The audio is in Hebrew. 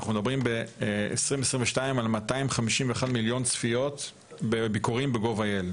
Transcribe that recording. אנחנו מדברים ב-2022 על 251 מיליון צפיות בביקורים ב-gov.il,